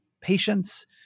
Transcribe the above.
patience